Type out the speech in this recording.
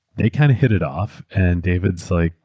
they kind of hit it off and david's like,